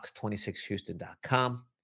fox26houston.com